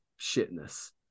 shitness